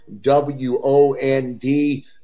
W-O-N-D